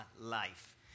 life